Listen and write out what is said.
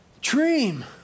dream